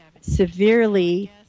severely